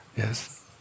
Yes